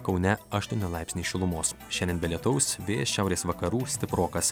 kaune aštuoni laipsniai šilumos šiandien be lietaus vėjas šiaurės vakarų stiprokas